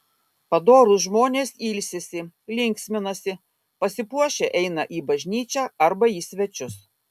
padorūs žmonės ilsisi linksminasi pasipuošę eina į bažnyčią arba į svečius